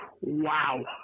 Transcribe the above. wow